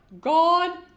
God